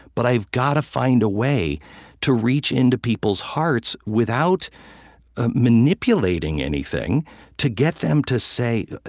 but i've got to find a way to reach into people's hearts without ah manipulating anything to get them to say,